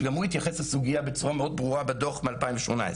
שגם הוא התייחס לסוגיה בצורה מאוד ברורה בדוח מ-2018.